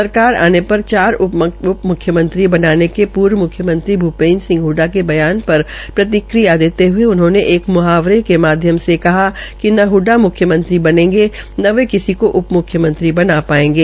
सरकार आने पर चार उप म्ख्यमंत्री बनाने के पूर्व म्ख्यमंत्री भूपेन्द्र सिंह हडडा के बयान पर प्रतिक्रिया देते हये उन्होंने एक म्हावरे के माध्यम से कहा कि न हडडा म्ख्यमंत्री बनेंगे न वे किसी को उप मुख्यमंत्री बना पायेंगे